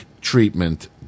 treatment